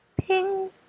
ping